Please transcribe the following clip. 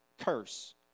curse